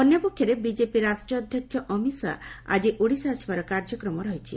ଅନ୍ୟ ପକ୍ଷରେ ବିଜେପି ରାଷ୍ଟୀୟ ଅଧ୍ଘକ୍ଷ ଅମିତ ଶାହା ଆଜି ଓଡ଼ିଶା ଆସିବାର କାର୍ଯ୍ୟକ୍ରମ ରହିଛି